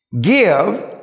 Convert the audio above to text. Give